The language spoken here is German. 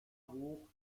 hoch